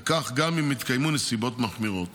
וכך גם אם התקיימו נסיבות מחמירות